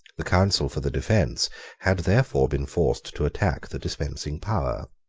the counsel for the defence had therefore been forced to attack the dispensing power.